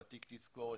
בתיק תזכורת,